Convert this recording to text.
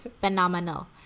phenomenal